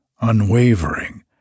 unwavering